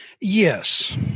Yes